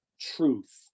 truth